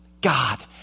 God